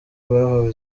bahawe